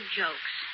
jokes